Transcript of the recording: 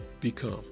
become